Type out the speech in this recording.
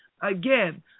Again